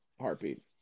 heartbeat